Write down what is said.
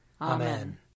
Amen